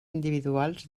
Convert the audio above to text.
individuals